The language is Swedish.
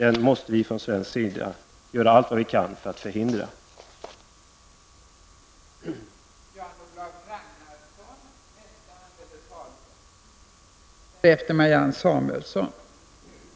Vi måste från svensk sida göra allt vad vi kan för att förhindra en sådan utveckling.